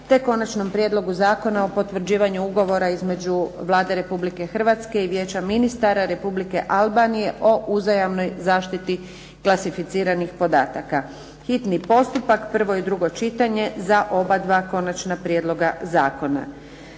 - Konačni prijedlog zakona o potvrđivanju ugovora između Vlade Republike Hrvatske i Vijeća ministara Republike Albanije o uzajamnoj zaštiti klasificiranih podataka, hitni postupak, prvo i drugo čitanje, P.Z. br. 318 Akte ste primili poštom.